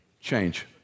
Change